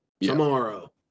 tomorrow